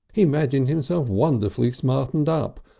he imagined himself wonderfully smartened up,